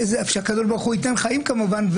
שהקדוש ברוך הוא ייתן חיים כמובן.